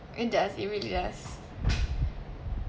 it does it really does